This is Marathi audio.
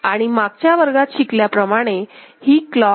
आणि मागच्या वर्गात शिकल्या प्रमाणे ही आहे क्लॉक